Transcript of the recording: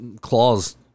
claws